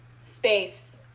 space